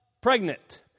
pregnant